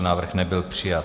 Návrh nebyl přijat.